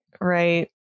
Right